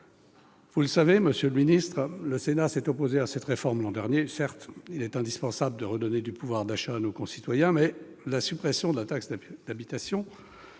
vous le savez, le Sénat s'est opposé à cette réforme l'an dernier. Certes, il est indispensable de redonner du pouvoir d'achat à nos concitoyens. Mais la suppression de la taxe d'habitation